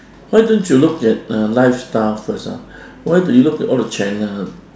why don't you look at uh lifestyle first ah why do you look at all the channel ha